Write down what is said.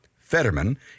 Fetterman